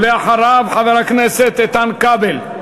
ואחריו, חבר הכנסת איתן כבל.